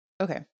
Okay